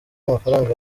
amafaranga